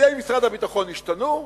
פקידי משרד הביטחון השתנו?